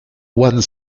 joan